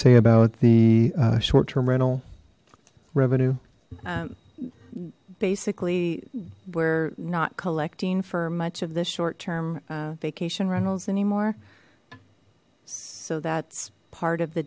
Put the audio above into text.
say about the short term rental revenue basically we're not collecting for much of this short term vacation rentals anymore so that's part of the